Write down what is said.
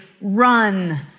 run